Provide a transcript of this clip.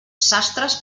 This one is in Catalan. sastres